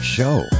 show